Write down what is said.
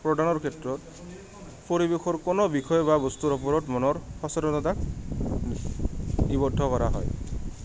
প্ৰদানৰ ক্ষেত্ৰত পৰিৱেশৰ কোনো বিষয় বা বস্তুৰ ওপৰত মনৰ সচেতনতাক নিবদ্ধ কৰা হয়